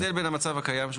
מה ההבדל בין המצב הקיים?